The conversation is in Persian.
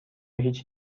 هیچ